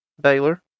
Baylor